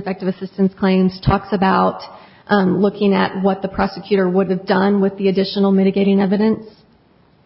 ineffective assistance claims talks about looking at what the prosecutor would have done with the additional mitigating evidence